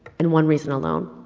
and one reason alone,